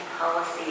policy